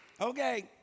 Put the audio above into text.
Okay